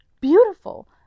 beautiful